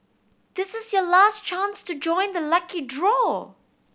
this is your last chance to join the lucky draw